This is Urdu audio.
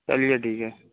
چلیے ٹھیک ہے